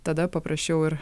tada paprasčiau ir